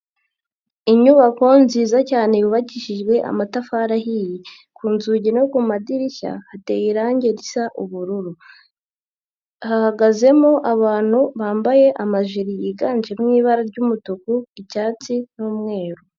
Inyubako nziza cyane yubakishijwe amatafari ahiye, ku nzugi no mu madirishya hateye irangi risa ubururu, hahagazemo abantu bambaye amajiri yiganjemo ibara ry'umutuku, icyatsi n'umweru.